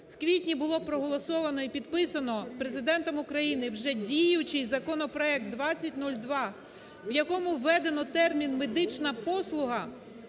У квітні було проголосовано і підписано Президентом України вже діючий законопроект 2002, в якому введено термін "медична послуга".